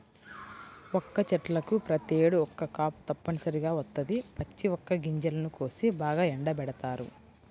వక్క చెట్లకు ప్రతేడు ఒక్క కాపు తప్పనిసరిగా వత్తది, పచ్చి వక్క గింజలను కోసి బాగా ఎండబెడతారు